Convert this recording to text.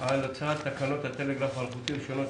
מי בעד אישור תקנות הטלגרף האלחוטי (רישיונות,